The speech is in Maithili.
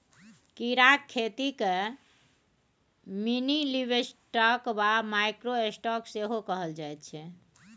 कीड़ाक खेतीकेँ मिनीलिवस्टॉक वा माइक्रो स्टॉक सेहो कहल जाइत छै